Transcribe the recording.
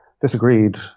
disagreed